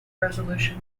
resolution